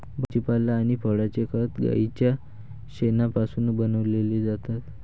भाजीपाला आणि फळांचे खत गाईच्या शेणापासून बनविलेले जातात